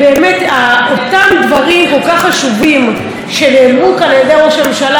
אותם דברים כל כך חשובים שנאמרו כאן על ידי ראש הממשלה על המצב.